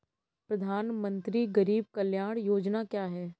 प्रधानमंत्री गरीब कल्याण योजना क्या है?